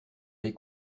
les